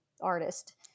artist